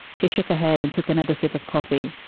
she shook her head and took another sip of coffee,